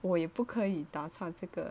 我也不可以大岔这个